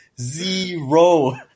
Zero